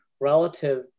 relative